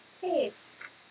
taste